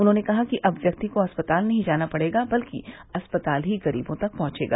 उन्होंने कहा कि अब व्यक्ति को अस्पताल नही जाना पड़ेगा बल्कि अस्पताल ही गरीबों तक पहुंचेगा